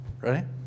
Ready